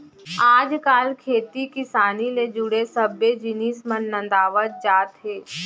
आज काल खेती किसानी ले जुड़े सब्बे जिनिस मन नंदावत जात हें